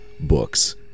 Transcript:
Books